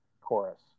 chorus